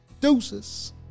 Deuces